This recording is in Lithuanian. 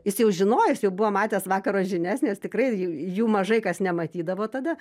jis jau žinojo jis jau buvo matęs vakaro žinias nes tikrai jų mažai kas nematydavo tada